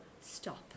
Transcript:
stop